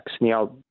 Now